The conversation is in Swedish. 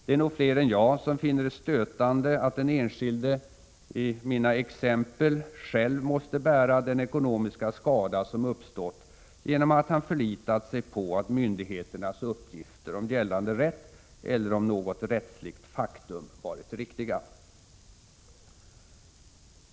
Det är nog fler än jag som finner det stötande att den enskilde i mina exempel själv måste bära den ekonomiska skada som uppstått genom att han förlitat sig på att myndighetens uppgifter om gällande rätt eller om något rättsligt faktum varit riktiga.